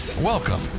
Welcome